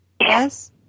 Yes